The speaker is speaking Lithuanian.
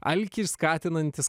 alkį skatinantis